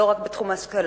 לא רק בתחום ההשכלתי,